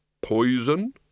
poison